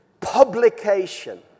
publication